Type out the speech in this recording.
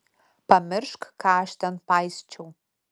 pamiršk ką aš ten paisčiau